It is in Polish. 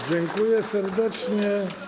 Dziękuję serdecznie.